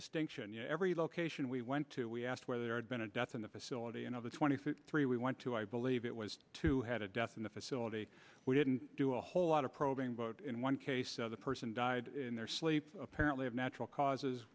distinction every location we went to we asked where there had been a death in the facility and of the twenty three we went to i believe it was two had a death in the facility we didn't do a whole lot of progress in one case the person died in their sleep apparently of natural causes